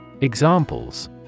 Examples